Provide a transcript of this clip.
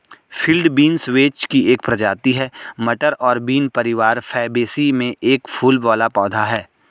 field beans vetch की एक प्रजाति है, मटर और बीन परिवार फैबेसी में एक फूल वाला पौधा है